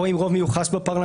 או עם רוב מיוחס בפרלמנט,